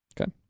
Okay